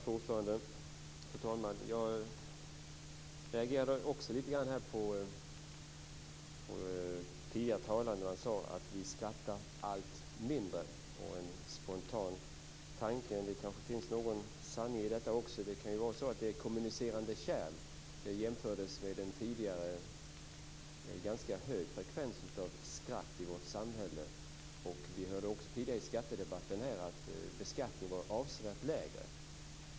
Fru talman! Också jag reagerade lite grann när den tidigare talaren sade att vi skrattar allt mindre. En spontan tanke, som det kanske kan finnas någon sanning i, är att det kanske är fråga om kommunicerande kärl. Det hänvisades till en tidigare ganska hög frekvens av skratt i vårt samhälle. Vi hörde tidigare i skattedebatten här att beskattningen då var avsevärt lägre.